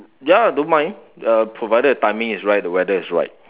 ya I don't mind uh provided timing is right the weather right